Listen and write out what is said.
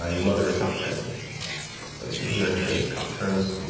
ah your mother is not present, but as soon as you enter, the cop turns